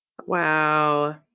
Wow